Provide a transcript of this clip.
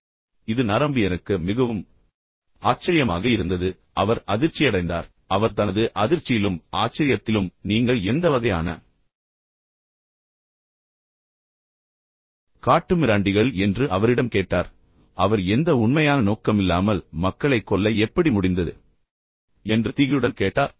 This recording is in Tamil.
எனவே இது நரம்பியனுக்கு மிகவும் ஆச்சரியமாக இருந்தது பின்னர் அவர் அதிர்ச்சியடைந்தார் பின்னர் அவர் தனது அதிர்ச்சியிலும் ஆச்சரியத்திலும் நீங்கள் எந்த வகையான காட்டுமிராண்டிகள் என்று அவரிடம் கேட்டார் அவர் எந்த உண்மையான நோக்கம் இல்லாமல் மக்களைக் கொல்ல எப்படி முடிந்தது என்று திகிலுடன் கேட்டார்